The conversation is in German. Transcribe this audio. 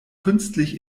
künstlich